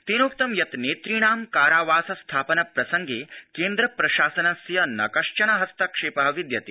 तेनोक्तं यत नेतुणां कारावास स्थापन प्रसंगे केन्द्र प्रशासनस्य कश्चन हस्तक्षेप विद्यते